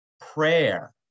prayer